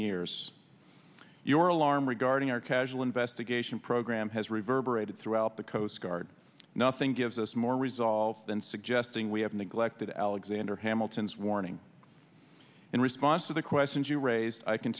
years your alarm regarding our casual investigation program has reverberated throughout the coastguard nothing gives us more resolve than suggesting we have neglected alexander hamilton's warning in response to the questions you raised i can